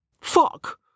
Fuck